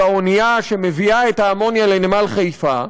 האונייה שמביאה את האמוניה לנמל חיפה,